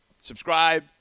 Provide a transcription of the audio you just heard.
subscribe